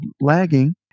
lagging